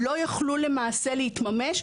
לא יוכלו למעשה להתממש,